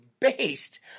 based